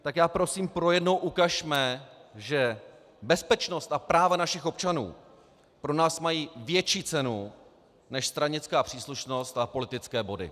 Tak prosím, pro jednou ukažme, že bezpečnost a práva našich občanů pro nás mají větší cenu než stranická příslušnost a politické body.